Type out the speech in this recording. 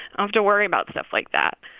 have to worry about stuff like that.